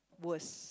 worst